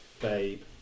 babe